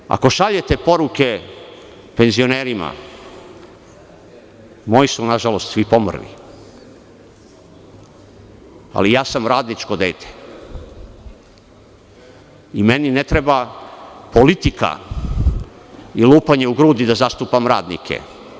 Znate, ako šaljete poruke penzionerima, moji su, na žalost, svi pomrli, ali ja sam radničko dete i meni ne treba politika i lupanje u grudi da zastupam radnike.